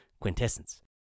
Quintessence